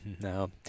No